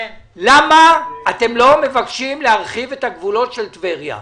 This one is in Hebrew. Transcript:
למה אתם לא מבקשים להרחיב את הגבולות של טבריה?